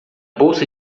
bolsa